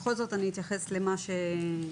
בכל זאת אתייחס למה שאפשר.